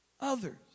others